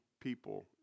people